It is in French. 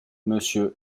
monsieur